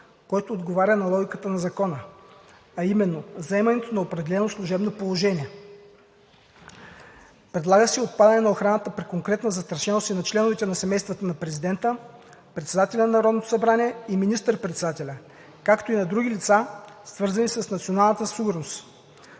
който отговаря на логиката на закона – а именно заемането на определено служебно положение. Предлага се и отпадане на охраната при конкретна застрашеност и на членовете на семействата на президента, председателя на Народното събрание и министър-председателя, както и на други лица, свързани с националната сигурност,